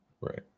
Right